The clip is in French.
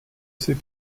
ces